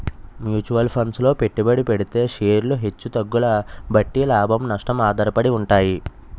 mutual funds లో పెట్టుబడి పెడితే షేర్లు హెచ్చు తగ్గుల బట్టి లాభం, నష్టం ఆధారపడి ఉంటాయి